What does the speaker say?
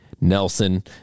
Nelson